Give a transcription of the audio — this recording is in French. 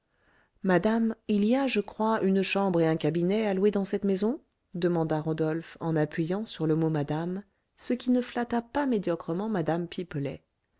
madame il y a je crois une chambre et un cabinet à louer dans cette maison demanda rodolphe en appuyant sur le mot madame ce qui ne flatta pas médiocrement mme pipelet